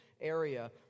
area